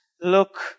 look